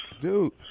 Dude